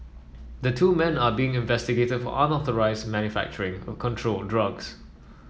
the two men are being investigated for unauthorised manufacturing of controlled drugs